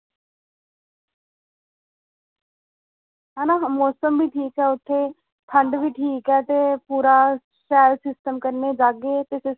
है ना मौसम बी ठीक ऐ उत्थें ठंड बी ठीक ऐ ते पूरा ते शैल सिस्टम कन्नै जाह्गे ते सिस्टम